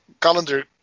calendar